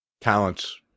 talents